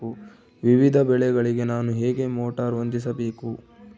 ವಿವಿಧ ಬೆಳೆಗಳಿಗೆ ನಾನು ಹೇಗೆ ಮೋಟಾರ್ ಹೊಂದಿಸಬೇಕು?